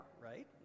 right